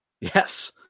Yes